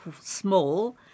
small